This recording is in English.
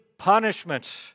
punishment